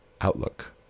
outlook